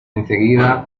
enseguida